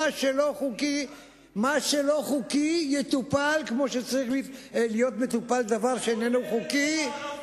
מה שלא חוקי יטופל כמו שצריך להיות מטופל דבר שאיננו חוקי.